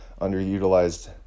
underutilized